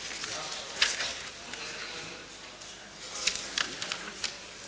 Hvala vam